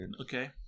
Okay